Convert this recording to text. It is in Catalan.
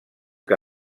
que